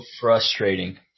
frustrating